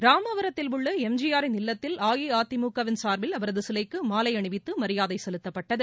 ராமாவரத்தில் உள்ள எம்ஜிஆரின் இல்லத்தில் அஇஅதிமுகவின் சார்பில் அவரது சிலைக்கு மாலை அணிவித்து மரியாதை செலுத்தப்பட்டது